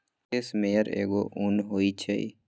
case मेयर एगो उन होई छई